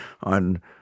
on